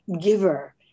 giver